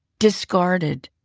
discarded,